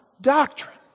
doctrine